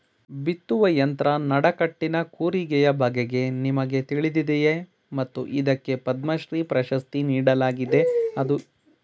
ಬಿತ್ತುವ ಯಂತ್ರ ನಡಕಟ್ಟಿನ ಕೂರಿಗೆಯ ಬಗೆಗೆ ನಿಮಗೆ ತಿಳಿದಿದೆಯೇ ಮತ್ತು ಇದಕ್ಕೆ ಪದ್ಮಶ್ರೀ ಪ್ರಶಸ್ತಿ ನೀಡಲಾಗಿದೆ ಅದು ಯಾರಿಗೆ ಗೊತ್ತ?